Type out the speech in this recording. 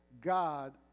god